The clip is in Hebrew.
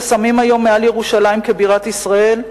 ששמים היום מעל ירושלים כבירת ישראל,